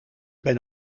ben